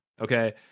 okay